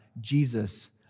Jesus